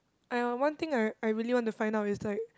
!aiya! one thing I I really want to find out is like